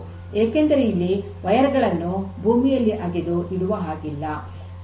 ಏಕೆಂದರೆ ಇಲ್ಲಿ ತಂತಿಗಳನ್ನು ಭೂಮಿಯಲ್ಲಿ ಅಗೆದು ಇಡುವ ಹಾಗಿಲ್ಲ